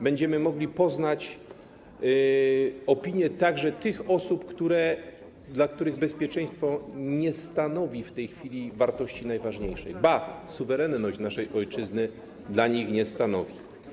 Będziemy mogli poznać opinię także tych osób, dla których bezpieczeństwo nie stanowi w tej chwili wartości najważniejszej, ba, suwerenność naszej ojczyzny jej dla nich nie stanowi.